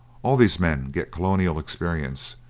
all these men get colonial experience,